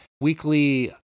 weekly